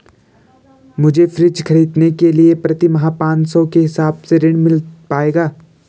मुझे फ्रीज खरीदने के लिए प्रति माह पाँच सौ के हिसाब से ऋण मिल पाएगा?